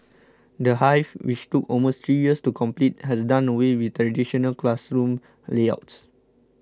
the Hive which took almost three years to complete has done away with traditional classroom layouts